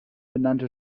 benannte